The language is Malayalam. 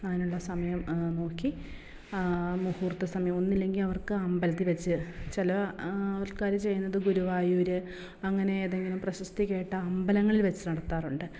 അതിനുള്ള സമയം നോക്കി മുഹൂർത്ത സമയം ഒന്നുല്ലെങ്കിൽ അവർക്ക് അമ്പലത്തിൽ വച്ച് ചില ആൾക്കാർ ചെയ്യുന്നത് ഗുരുവായൂർ അങ്ങനെ ഏതെങ്കിലും പ്രശസ്തി കേട്ട അമ്പലങ്ങളിൽ വച്ച് നടത്താറുണ്ട്